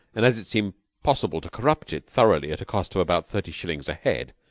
and as it seemed possible to corrupt it thoroughly at a cost of about thirty shillings a head,